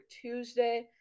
Tuesday